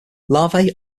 larvae